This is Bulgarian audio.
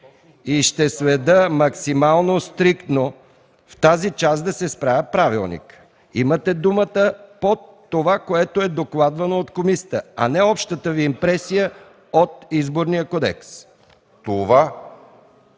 и ще следя максимално стриктно в тази част да се спазва Правилникът. Имате думата по това, което е докладвано от комисията, а не общата Ви импресия от Изборния кодекс. ДИМИТЪР